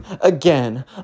again